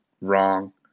wrong